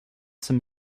some